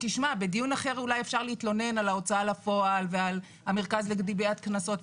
בדיון אחר אולי אפשר להתלונן על ההוצאה לפועל ועל המרכז לגביית קנסות,